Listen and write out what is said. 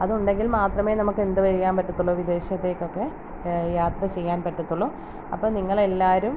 അതുണ്ടെങ്കിൽ മാത്രമേ നമുക്കെന്ത് ചെയ്യാൻ പറ്റത്തുള്ളൂ വിദേശത്തേക്കക്കെ യാത്ര ചെയ്യാൻ പറ്റത്തുള്ളൂ അപ്പം നിങ്ങളെല്ലാവരും